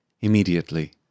Immediately